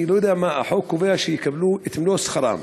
אני לא יודע מה, החוק קובע שיקבלו את מלוא שכרן.